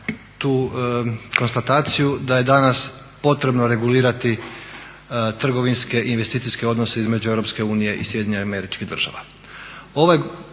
tu konstataciju da je danas potrebno regulirati trgovinske i investicijske odnose između Europske